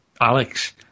Alex